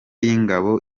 y’ingabo